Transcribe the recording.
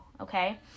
okay